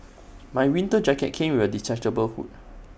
my winter jacket came with A detachable hood